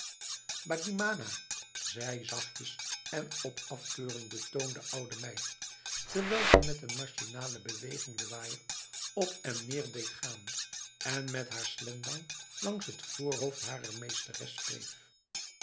bagimanal zei zachtjes en op afkeurende toon de oude meid terwijl ze met een machinale beweging de waaier op en neer deed gaan en met haar slendang langs het voorhoofd harer meesteres wreef